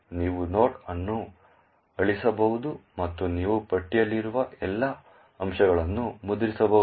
ನೀವು ನೋಡ್ ಅನ್ನು ಅಳಿಸಬಹುದು ಮತ್ತು ನೀವು ಪಟ್ಟಿಯಲ್ಲಿರುವ ಎಲ್ಲಾ ಅಂಶಗಳನ್ನು ಮುದ್ರಿಸಬಹುದು